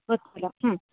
ಗೊತ್ತಿಲ್ಲ ಹ್ಞೂ